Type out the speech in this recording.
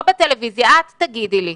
לא בטלוויזיה, את תגידי לי.